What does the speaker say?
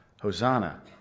Hosanna